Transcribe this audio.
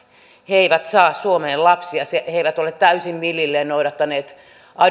he eivät saa suomeen lapsiaan he he eivät ole täysin millilleen noudattaneet